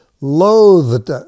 loathed